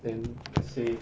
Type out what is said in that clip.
then let's say